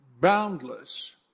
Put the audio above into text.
boundless